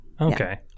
Okay